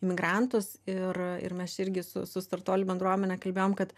migrantus ir ir mes čia irgi su su startuolių bendruomene kalbėjom kad